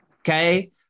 Okay